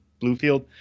Bluefield